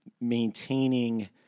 maintaining